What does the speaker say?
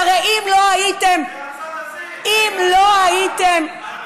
שהרי אם לא הייתם, מהצד הזה, אם לא הייתם, רגע,